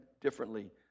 differently